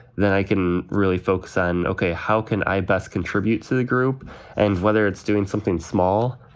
then i can really focus on, ok, how can i best contribute to the group and whether it's doing something small,